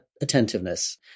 attentiveness